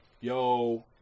yo